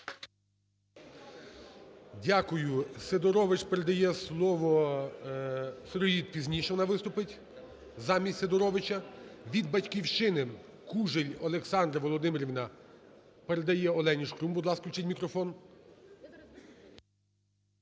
Дякую. Сидорович передає слово Сироїд, пізніше вона виступить замість Сидоровича. Від "Батьківщини" Кужель Олександра Володимирівна передає Олені Шкрум.